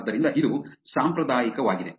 ಆದ್ದರಿಂದ ಇದು ಸಾಂಪ್ರದಾಯಿಕವಾಗಿದೆ